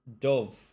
Dove